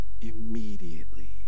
immediately